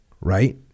right